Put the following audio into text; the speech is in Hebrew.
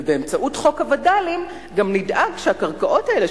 ובאמצעות חוק הווד”לים גם נדאג שהקרקעות האלה,